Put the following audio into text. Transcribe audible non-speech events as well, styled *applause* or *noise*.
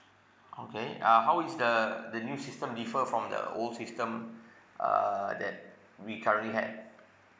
okay uh how is the the new system differ from the old system *breath* uh that we currently had